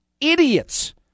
idiots